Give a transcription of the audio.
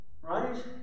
Right